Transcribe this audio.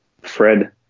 Fred